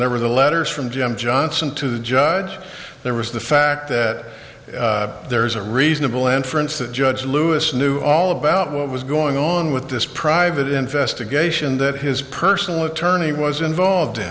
there were the letters from jim johnson to the judge there was the fact that there is a reasonable inference that judge lewis knew all about what was going on with this private investigation that his personal attorney was involved in